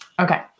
Okay